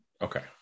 Okay